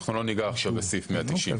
אנחנו לא ניגע עכשיו בסעיף 190. אוקיי,